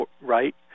right